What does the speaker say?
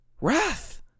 wrath